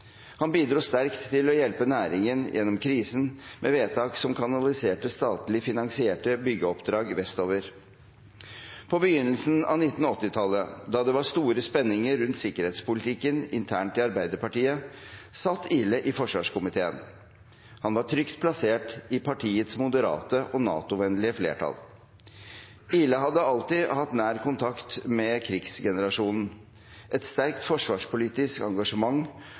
Han bidro sterkt til å hjelpe næringen gjennom krisen med vedtak som kanaliserte statlig finansierte byggeoppdrag vestover. På begynnelsen av 1980-tallet, da det var store spenninger rundt sikkerhetspolitikken internt i Arbeiderpartiet, satt Ihle i forsvarskomiteen. Han var trygt plassert i partiets moderate og NATO-vennlige flertall. Ihle hadde alltid hatt nær kontakt med krigsgenerasjonen, et sterkt forsvarspolitisk engasjement,